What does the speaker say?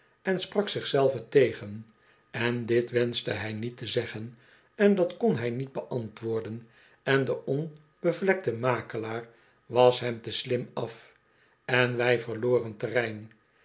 en sprak zich zelven tegen en dit wenschte hij niet te zeggen en dat kon hij niet beantwoorden en de onbevlekte makelaar was hem te slim af en wij verloren terrein